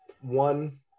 One